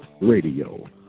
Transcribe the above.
radio